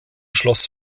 schloss